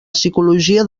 psicologia